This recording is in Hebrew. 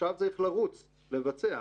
עכשיו צריך לרוץ ולבצע,